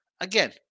again